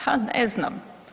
Ha ne znam.